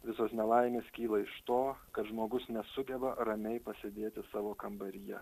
visos nelaimės kyla iš to kad žmogus nesugeba ramiai pasėdėti savo kambaryje